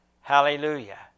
Hallelujah